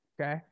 Okay